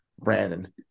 Brandon